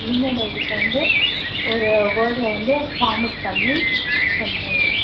email ஐடிக்கு வந்து ஒரு வேர்ட்டில் வந்து ஃபார்மெட் பண்ணி செண்ட் பண்ணிவிடுங்க